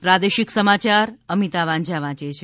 પ્રાદેશિક સમાચાર અમિતા વાંઝા વાંચે છે